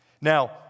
Now